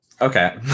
Okay